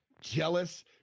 jealous